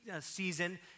season